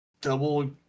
double